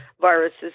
viruses